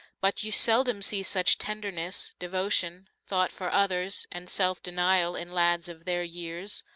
but you seldom see such tenderness, devotion, thought for others and self-denial in lads of their years.